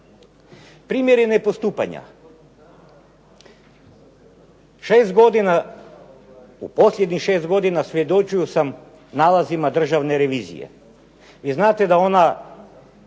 Primjeri nepostupanja. U posljednjih šest godina svjedočio sam nalazima Državne revizije